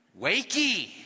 wakey